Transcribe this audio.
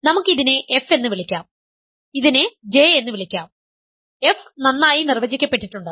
അതിനാൽ നമുക്ക് ഇതിനെ f എന്ന് വിളിക്കാം ഇതിനെ J എന്ന് വിളിക്കാം f നന്നായി നിർവചിക്കപ്പെട്ടിട്ടുണ്ട്